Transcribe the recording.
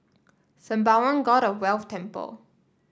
Sembawang God of Wealth Temple